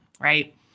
Right